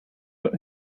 but